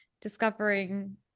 discovering